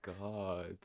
god